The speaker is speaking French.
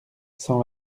cent